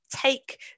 take